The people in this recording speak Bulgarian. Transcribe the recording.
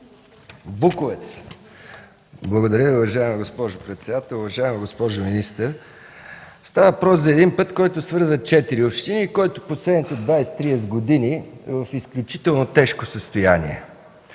(КБ): Благодаря Ви, уважаема госпожо председател. Уважаема госпожо министър! Става въпрос за път, който свързва четири общини и който през последните 20-30 години е в изключително тежко състояние.